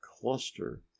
cluster